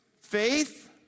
faith